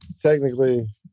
technically